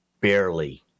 barely